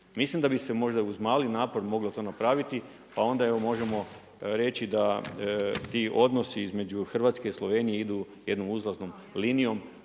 Mislim da bi se možda uz mali napor moglo to napraviti, pa onda evo možemo reći da ti odnosi između Hrvatske i Slovenije idu jednom uzlaznom linijom,